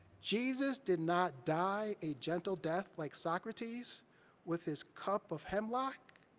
jesus did not die a gentle death like socrates with his cup of hemlock,